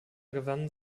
gewann